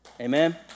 Amen